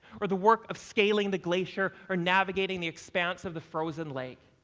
or the work of scaling the glacier or navigating the expanse of the frozen lake.